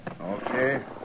Okay